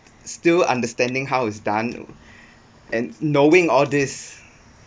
still understanding how is done and knowing all these